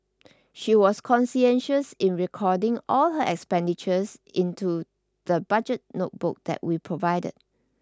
she was conscientious in recording all her expenditures into the budget notebook that we provided